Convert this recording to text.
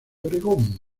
oregon